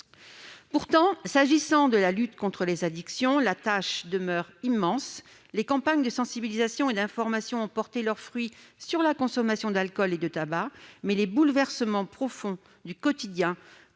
Pourtant, s'agissant de la lutte contre les addictions, la tâche demeure immense. Les campagnes de sensibilisation et d'information ont porté leurs fruits sur la consommation d'alcool et de tabac, mais les bouleversements profonds du quotidien,